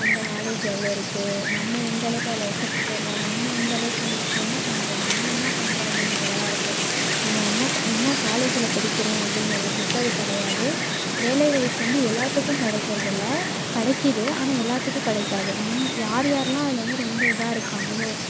அந்த நாலெட்ஜ் எவ்வளோ இருக்குது நம்ம எந்த அளவுக்கு அதில் எஃபர்ட் போடுறோம் நம்ம எந்த அளவுக்கு என்ன பண்ணுறோம் நம்ம என்ன பண்ணுறோம் அப்படிங்கறதில்தான் இருக்குது நம்ம என்ன என்ன காலேஜில் படிக்கிறோம் அப்படிங்கறதை பொறுத்து அது கிடையாது வேலை வாய்ப்பு வந்து எல்லாத்துக்கும் கிடைக்கறது இல்லை கிடைக்கிது ஆனால் எல்லாத்துக்கும் கிடைக்காது நம்ம யார் யாரெலாம் அதில் வந்து ரொம்ப இதாக இருக்காங்களோ